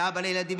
ואבא לילדים,